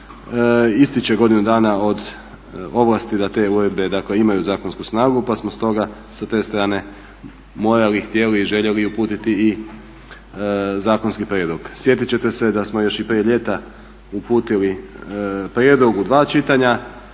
ističe godinu dana od ovlasti da te uredbe imaju zakonsku snagu, pa smo stoga sa te strane morali, htjeli, željeli uputiti i zakonski prijedlog. Sjetit ćete se da smo još i prije ljeta uputili prijedlog u dva pitanja,